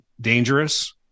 dangerous